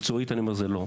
מקצועית זה לא.